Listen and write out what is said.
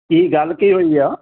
ਕੀ ਗੱਲ ਕੀ ਹੋਈ ਆ